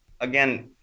again